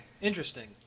interesting